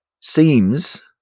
seems